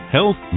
Health